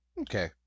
Okay